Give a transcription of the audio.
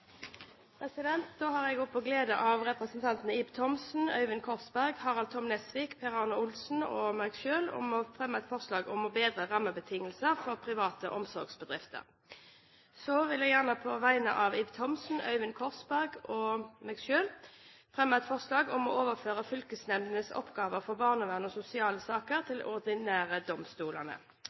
har gleden av på vegne av stortingsrepresentantene Ib Thomsen, Øyvind Korsberg, Harald T. Nesvik, Per Arne Olsen og meg selv å fremme forslag om å bedre rammebetingelsene for private omsorgsbedrifter. Så vil jeg gjerne på vegne av stortingsrepresentantene Ib Thomsen, Øyvind Korsberg og meg selv fremme forslag om å overføre fylkesnemndenes oppgaver for barnevern og sosiale saker til de ordinære domstolene.